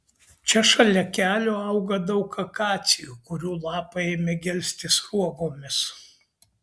čia šalia kelio auga daug akacijų kurių lapai ėmė gelsti sruogomis